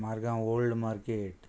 Margao old market